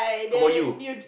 how about you